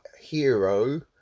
hero